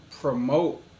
promote